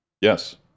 Yes